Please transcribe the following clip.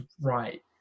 right